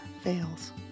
fails